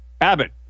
Abbott